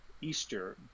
easter